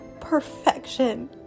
perfection